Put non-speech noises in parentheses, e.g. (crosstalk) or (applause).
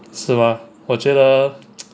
是 mah 我觉得 (noise)